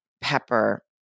Pepper